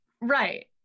Right